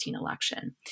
election